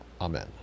Amen